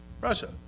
Russia